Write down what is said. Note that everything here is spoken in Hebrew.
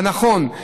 הנכון,